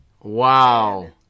Wow